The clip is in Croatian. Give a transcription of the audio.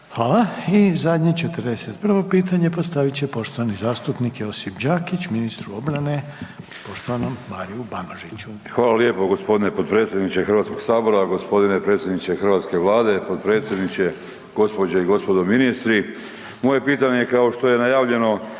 Hvala. I zadnje, 41. pitanje postavit će poštovani zastupnik Josip Đakić ministru obrane poštovanom Mariju Banožiću. **Đakić, Josip (HDZ)** Hvala lijepo g. potpredsjedniče Hrvatskog sabora, g. predsjedniče hrvatske Vlade, potpredsjedniče, gospođe i gospodo ministri. Moje pitanje kao što je najavljeno,